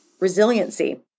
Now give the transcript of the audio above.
resiliency